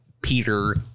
Peter